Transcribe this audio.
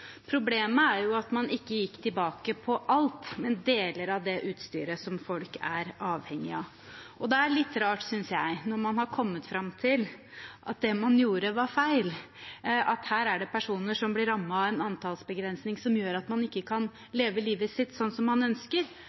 Problemet er jo at man ikke gikk tilbake på alt, men på deler av det utstyret som folk er avhengig av. Det er litt rart, synes jeg, når man har kommet fram til at det man gjorde var feil – her er det personer som blir rammet av en antallsbegrensning, som gjør at man ikke kan leve livet sitt sånn som man ønsker,